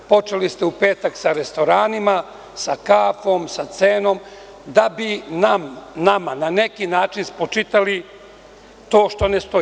Počeli ste u petak sa restoranima, sa kafom, sa cenom, da bi nama na neki način spočitali to što ne stoji.